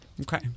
Okay